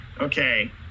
okay